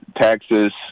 taxes